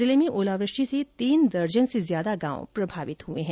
जिले में ओलावृष्टि से तीन दर्जेन से ज्यादा गांव प्रभावित हुए हैं